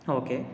okay